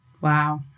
Wow